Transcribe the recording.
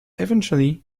eventually